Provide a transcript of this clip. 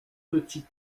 petit